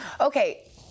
Okay